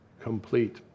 complete